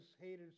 hated